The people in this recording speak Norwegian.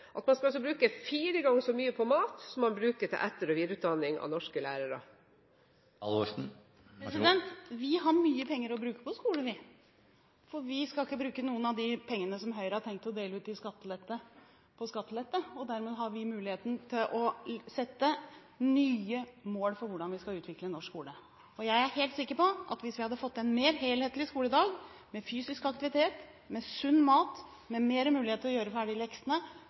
at man skal bruke fire ganger så mye på mat som man bruker til etter- og videreutdanning av norske lærere? Vi har mye penger å bruke på skolen, for vi skal ikke bruke noen av de pengene som Høyre har tenkt å dele ut til skattelette, til skattelette. Dermed har vi muligheten til å sette nye mål for hvordan vi skal utvikle norsk skole. Jeg er helt sikker på at hvis vi hadde fått til en mer helhetlig skoledag, med fysisk aktivitet, sunn mat, flere muligheter til å gjøre ferdig leksene,